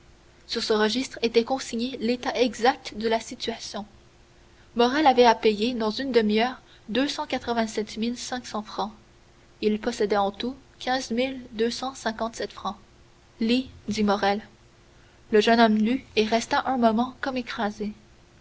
sur ce registre était consigné l'état exact de la situation morrel avait à payer dans une demi-heure deux cent quatre-vingt-sept mille cinq cents francs il possédait en tout quinze mille deux cent cinquante-sept francs lis dit morrel le jeune homme lut et resta un moment comme écrasé